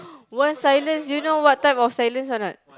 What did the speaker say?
want silence you know what type of silence or not